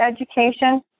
education